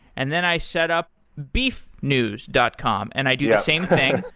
and then i setup beefnews dot com and i do the same thing.